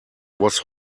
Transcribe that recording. was